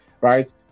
right